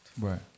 Right